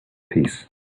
peace